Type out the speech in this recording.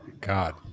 God